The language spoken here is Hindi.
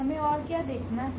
हमें और क्या देखना है